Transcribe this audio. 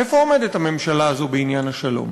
איפה עומדת הממשלה הזו בעניין השלום?